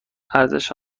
ارزش